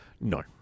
No